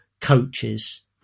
coaches